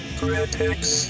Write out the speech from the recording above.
critics